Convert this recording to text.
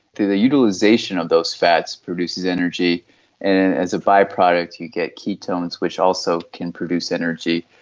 the the utilisation of those fats produces energy and as a by-product you get ketones which also can produce energy,